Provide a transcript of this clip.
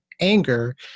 anger